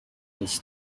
was